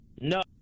No